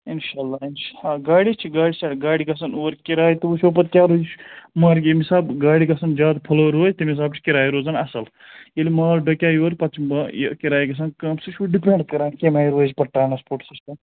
اِنشاء اللہ اِنشاء آ گاڑے چھِ گاڑِ چھےٚ گاڑِ گژھَن اوٗرۍ کِراے تہٕ وٕچھو پَتہٕ کیٛاہ روزِ مار ییٚمہِ حِساب گاڑِ گژھن زیادٕ فٕلور وٲتۍ تَمہِ حِساب چھِ کِراے روزان اَصٕل ییٚلہِ مال ڈوٚکیٛاو یورٕ پَتہٕ چھِ یہِ کِراے گژھان کَم سُہ چھِ وۄنۍ ڈِپٮ۪نٛڈ کَران کَمہِ آیہِ روزِ پَتہٕ ٹرٛانَسپوٹ سِسٹَم